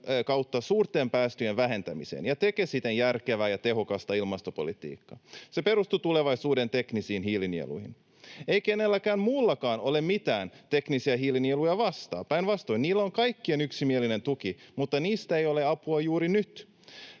kautta suurten päästöjen vähentämiseen ja tekee järkevää ja tehokasta ilmastopolitiikkaa. Se perustuu tulevaisuuden teknisiin hiilinieluihin. Ei kenelläkään muullakaan ole mitään teknisiä hiilinieluja vastaan, päinvastoin niillä on kaikkien yksimielinen tuki, mutta niistä ei ole apua juuri nyt.